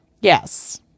Yes